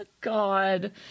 God